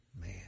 man